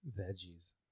Veggies